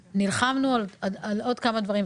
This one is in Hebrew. נלחמנו על עוד כמה דברים,